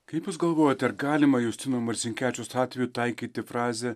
kaip jūs galvojate ar galima justino marcinkevičiaus atveju taikyti frazę